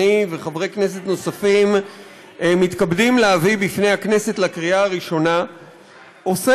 אני וחברי כנסת נוספים מתכבדים להביא בפני הכנסת לקריאה הראשונה עוסקת